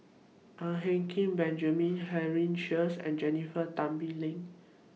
Ang Hin Kee Benjamin Henry Sheares and Jennifer Tan Bee Leng